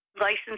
license